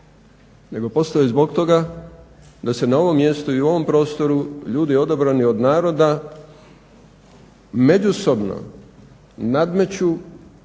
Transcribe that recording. nego postoje zbog toga da se na ovom mjestu i u ovom prostoru ljudi odabrani od naroda međusobno i nadmeću